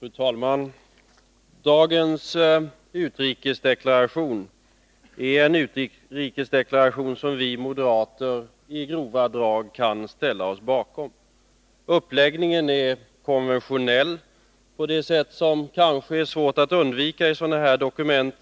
Fru talman! Dagens utrikespolitiska deklaration kan vi moderater i grova drag ställa oss bakom. Uppläggningen är konventionell på det sätt som kanske är svårt att undvika i sådana här dokument,